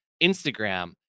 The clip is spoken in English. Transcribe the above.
Instagram